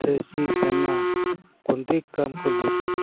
त्यादिवशी त्यांना कोणतेही काम करू देत नाहीत